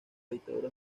dictadura